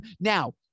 now